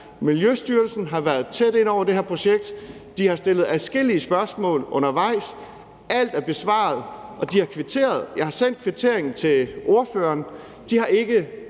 Miljøstyrelsen har været tæt inde over det her projekt. De har stillet adskillige spørgsmål undervejs. Alt er besvaret, de har kvitteret – jeg har sendt kvitteringen til ordføreren – og de har ikke